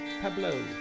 Pablo